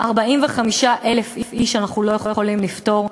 בעיה של 45,000 איש אנחנו לא יכולים לפתור?